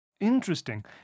Interesting